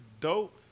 dope